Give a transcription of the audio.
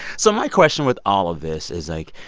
so my question with all of this is, like,